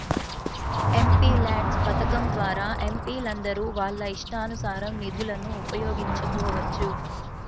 MPLADS పథకం ద్వారా ఎంపీలందరూ వాళ్ళ ఇష్టానుసారం నిధులను ఉపయోగించుకోవచ్చు